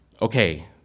Okay